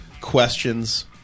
questions